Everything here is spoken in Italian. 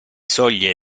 soglie